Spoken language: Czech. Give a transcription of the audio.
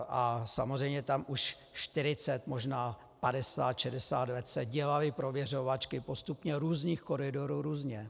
A samozřejmě tam už čtyřicet, padesát, možná šedesát let se dělaly prověřovačky postupně různých koridorů různě.